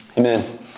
Amen